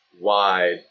wide